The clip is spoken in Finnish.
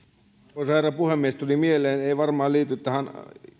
arvoisa herra puhemies tuli mieleen ei varmaan liity tähän